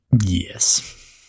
yes